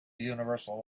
universal